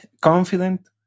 confident